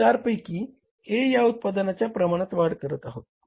आपण चार पैकी A या उत्पादनाच्या प्रमाणात वाढ करत आहोत